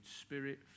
spirit